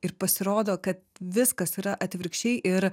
ir pasirodo kad viskas yra atvirkščiai ir